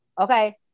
Okay